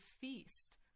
feast